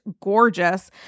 gorgeous